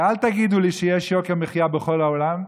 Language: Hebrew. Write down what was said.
ואל תגידו לי שיש יוקר מחיה בכל העולם.